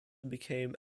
became